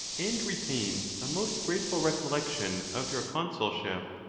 and retains a most grate ful recollection of your consulship,